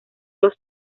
los